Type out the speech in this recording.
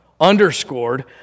Underscored